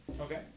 Okay